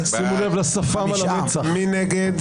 מי נגד?